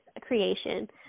creation